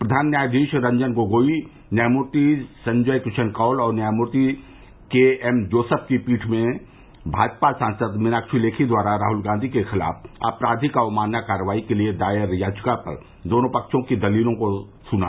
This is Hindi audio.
प्रधान न्यायाधीश रंजन गोगोई न्यायमूर्ति संजय किशन कौल और न्यायमूर्ति केएम जोसेफ की पीठ ने भाजपा सांसद मीनाक्षी लेखी द्वारा राहुल गांधी के खिलाफ आपराधिक अवमानना कार्यवाही के लिये दायर याचिका पर दोनों फ्र्वों की दलीलों को सुना